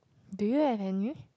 do you have any